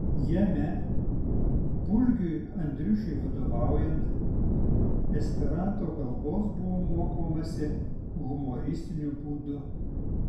jame pulgiui andriušiui vadovaujant esperanto kalbos buvo mokomasi humoristiniu būdu